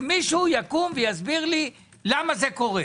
שמישהו יסביר לי למה זה קורה?